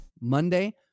monday